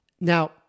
Now